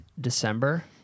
December